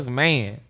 man